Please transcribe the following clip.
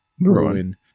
ruin